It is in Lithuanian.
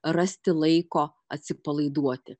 rasti laiko atsipalaiduoti